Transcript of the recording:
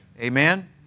amen